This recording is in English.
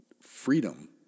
Freedom